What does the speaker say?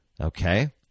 Okay